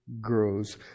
grows